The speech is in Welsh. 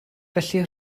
felly